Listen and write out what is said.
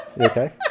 Okay